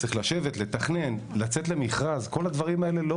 צריך לשבת, לתכנן, לצאת למכרז, כל הדברים האלה לא